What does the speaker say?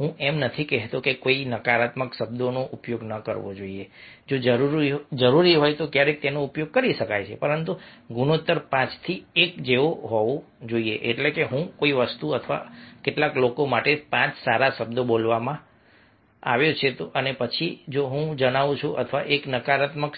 હું એમ નથી કહેતો કે કોઈએ નકારાત્મક શબ્દોનો ઉપયોગ ન કરવો જોઈએ જો જરૂરી હોય તો ક્યારેક તેનો ઉપયોગ કરી શકાય પરંતુ ગુણોત્તર 5 થી 1 જેવો હોવો જોઈએ એટલે કે હું કોઈ વસ્તુ માટે અથવા કેટલાક લોકો માટે 5 સારા શબ્દો બોલવામાં આવ્યો છે અને પછી જો હું જણાવું છું અથવા એક નકારાત્મક